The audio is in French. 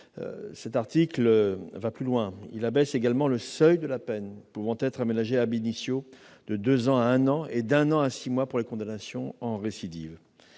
Cet article va même plus loin : il abaisse le seuil de la peine pouvant être aménagée de deux ans à un an, et d'un an à six mois pour les condamnations en récidive.